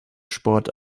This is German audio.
sport